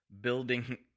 building